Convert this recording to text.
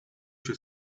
się